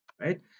right